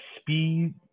speed